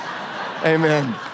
amen